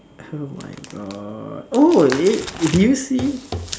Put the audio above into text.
oh my God oh did you see